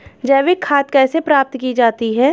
जैविक खाद कैसे प्राप्त की जाती है?